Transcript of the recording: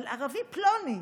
אבל ערבי פלוני,